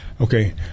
Okay